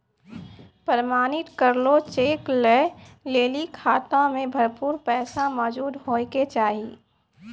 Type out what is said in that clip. प्रमाणित करलो चेक लै लेली खाता मे भरपूर पैसा मौजूद होय के चाहि